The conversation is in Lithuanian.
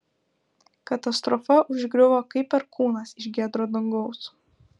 katastrofa užgriuvo kaip perkūnas iš giedro dangaus